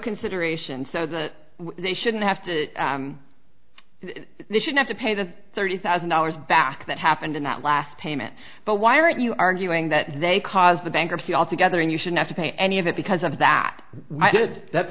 consideration so that they shouldn't have to they should have to pay the thirty thousand dollars back that happened in that last payment but why aren't you arguing that they caused the bankruptcy altogether and you should ask any of that because of that i did that